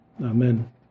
Amen